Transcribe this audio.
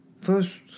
First